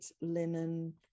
linen